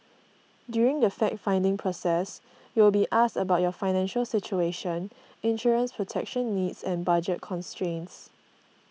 during the fact finding process you will be asked about your financial situation insurance protection needs and budget constraints